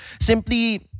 simply